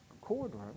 corridor